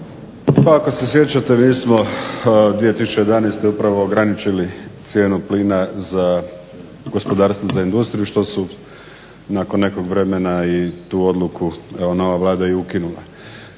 ako se sjećate mi smo 2011. upravo ograničili cijenu plina za gospodarstvo za industriju što su nakon nekog vremena i tu odluku evo nova Vlada je i ukinula.